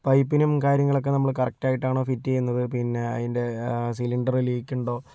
പൈപ്പിനും കാര്യങ്ങളൊക്കെ നമ്മള് കറക്റ്റായിട്ടാണോ ഫിറ്റ് ചെയ്യുന്നത് പിന്നെ അതിൻ്റെ സിലിണ്ടർ ലീക്കുണ്ടോ